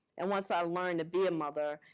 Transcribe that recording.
and once i learned to be a mother,